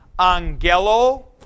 angelo